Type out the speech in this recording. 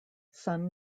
sun